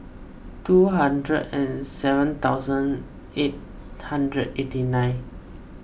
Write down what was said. two hundred and seven thousand eight hundred eighty nine